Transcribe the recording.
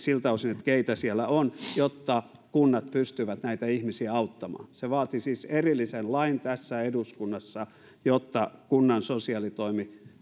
siltä osin keitä siellä on jotta kunnat pystyvät näitä ihmisiä auttamaan se vaati siis erillisen lain tässä eduskunnassa jotta kunnan sosiaalitoimi